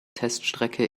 teststrecke